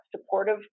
supportive